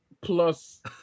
plus